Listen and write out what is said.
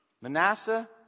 Manasseh